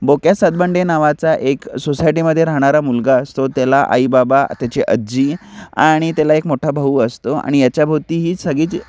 बोक्या सातबंडे नावाचा एक सोसायटीमध्ये राहणारा मुलगा असतो त्याला आई बाबा त्याची आजी आणि त्याला एक मोठा भाऊ असतो आणि याच्याभोवती ही सगळीच